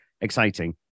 exciting